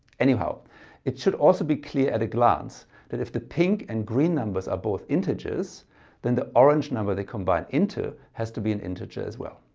anyhow it should also be clear at a glance that if the pink and green numbers are both integers then the orange number they combine into has to be an integer as well.